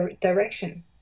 direction